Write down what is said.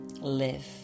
live